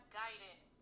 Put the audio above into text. guidance